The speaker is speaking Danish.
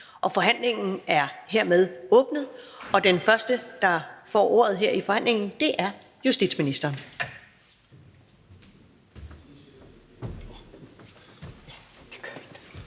Forhandlingen er hermed åbnet, og den første, der får ordet, er justitsministeren.